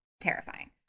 terrifying